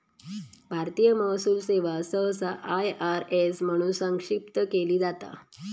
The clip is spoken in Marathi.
भारतीय महसूल सेवा सहसा आय.आर.एस म्हणून संक्षिप्त केली जाता